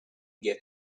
get